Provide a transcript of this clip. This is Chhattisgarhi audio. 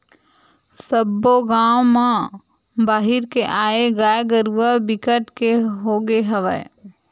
सब्बो गाँव म बाहिर के आए गाय गरूवा बिकट के होगे हवय